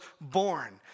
born